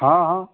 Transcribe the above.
ହଁ ହଁ